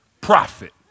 profit